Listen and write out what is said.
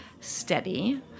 steady